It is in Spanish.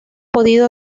podido